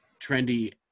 trendy